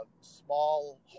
small